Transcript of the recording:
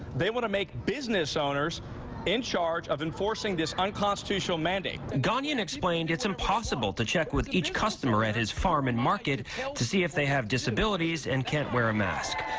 they want to make business owners in charge of enforcing this unconstitutional mandate ghani unexplained it's impossible to check with each customer at his farm and market to see if they have disabilities and can't wear a mask.